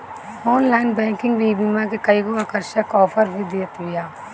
online banking ईबीमा के कईगो आकर्षक आफर भी देत बिया